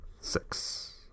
Six